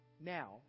now